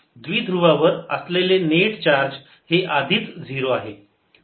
द्विध्रुवावर असलेले net charge हे आधीच 0 आहे